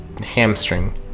hamstring